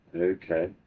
Okay